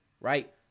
Right